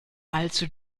allzu